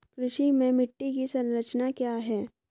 कृषि में मिट्टी की संरचना क्या है?